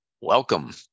Welcome